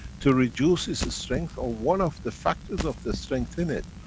to reduce it's strength or one of the factors of the strength in it,